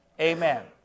Amen